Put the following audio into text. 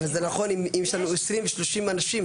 אבל זה נכון אם יש לנו 20-30 אנשים.